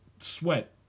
Sweat